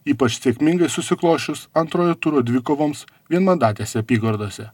ypač sėkmingai susiklosčius antrojo turo dvikovoms vienmandatėse apygardose